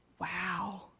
wow